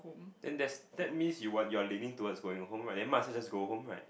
then there's that means you are you are leaning towards going home right then might as well just go home right